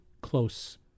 close